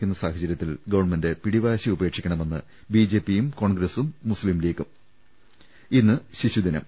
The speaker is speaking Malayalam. ക്കുന്ന സാഹചര്യത്തിൽ ഗവൺമെന്റ് പിടിവാശി ഉപേക്ഷിക്കണമെന്ന് ബി ജെ പിയും കോൺഗ്രസും മുസ്ലിം ലീഗും ഇന്ന് ശിശുദിനം